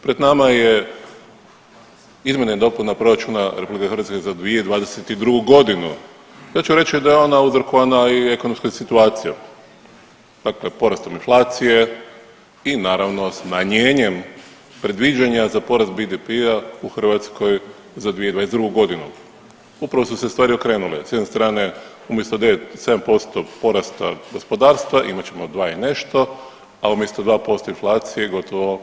Pred nama je izmjena i dopuna proračuna RH za 2022.g., ja ću reći da je ona uzrokovana i ekonomskom situaciju, dakle porastom inflacije i naravno smanjenjem predviđanja za porast BDP-a u Hrvatskoj za 2022.g. Upravo su se stvari okrenule s jedne strane umjesto 7% porasta gospodarstva imat ćemo dva i nešto, a umjesto 2% inflacije gotovo